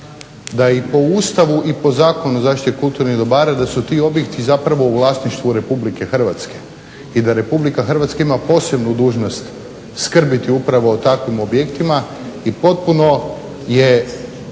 da i po Ustavu i po Zakonu o zaštiti kulturnih dobara da su ti objekti zapravo u vlasništvu RH i da RH ima posebnu dužnost skrbiti upravo o takvim objektima i potpuno je